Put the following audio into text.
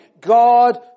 God